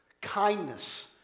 Kindness